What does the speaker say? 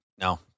no